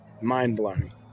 mind-blowing